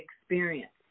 experience